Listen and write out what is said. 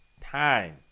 time